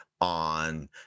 on